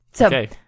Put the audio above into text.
Okay